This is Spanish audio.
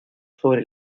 sobre